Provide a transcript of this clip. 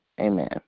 Amen